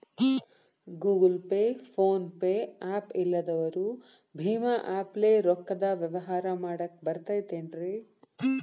Google pay, phone pay app ಇಲ್ಲದವರು ಭೇಮಾ app ಲೇ ರೊಕ್ಕದ ವ್ಯವಹಾರ ಮಾಡಾಕ್ ಬರತೈತೇನ್ರೇ?